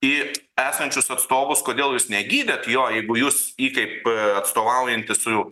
į esančius atstovus kodėl jūs negydėt jo jeigu jūs jį kaip atstovaujanti su